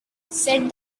said